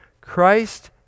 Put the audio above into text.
Christ